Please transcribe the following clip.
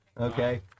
Okay